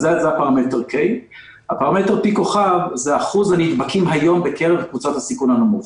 זה פרמטר K. פרמטר *P זה אחוז הנדבקים היום בקרב קבוצת הסיכון הנמוך,